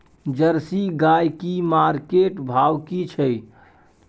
Jersey गाय की market भाव की छै?